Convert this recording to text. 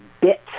bit